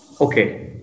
Okay